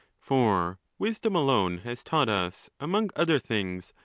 for wisdom alone has taught us, among other things,